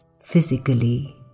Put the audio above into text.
physically